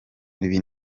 ibi